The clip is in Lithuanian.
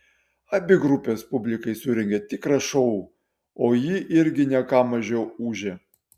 abi grupės publikai surengė tikrą šou o ji irgi ne ką mažiau ūžė